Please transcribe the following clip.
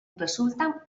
resulten